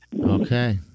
Okay